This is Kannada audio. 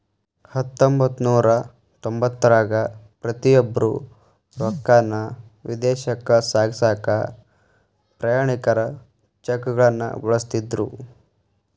ಹತ್ತೊಂಬತ್ತನೂರ ತೊಂಬತ್ತರಾಗ ಪ್ರತಿಯೊಬ್ರು ರೊಕ್ಕಾನ ವಿದೇಶಕ್ಕ ಸಾಗ್ಸಕಾ ಪ್ರಯಾಣಿಕರ ಚೆಕ್ಗಳನ್ನ ಬಳಸ್ತಿದ್ರು